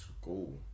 school